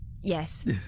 yes